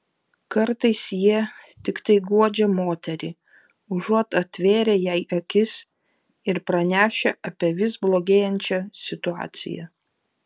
kartais jie tiktai guodžia moterį užuot atvėrę jai akis ir pranešę apie vis blogėjančią situaciją